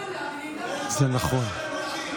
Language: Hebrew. מבחינתי היא איננה נעולה, עדיין אפשר להגיש.